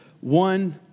one